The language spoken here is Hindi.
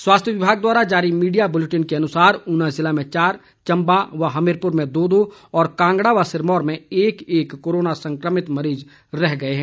स्वास्थ्य विभाग द्वारा जारी मीडिया बुलेटिन के अनुसार ऊना जिला में चार चंबा व हमीरपुर में दो दो और कांगड़ा व सिरमौर में एक एक कोरोना संक्रमित मरीज ही रह गए हैं